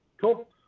Cool